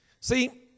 See